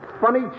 funny